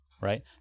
right